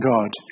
God